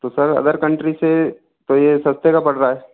तो sir other country से तो ये सस्ते का पड़ रहा है